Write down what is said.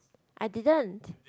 I didn't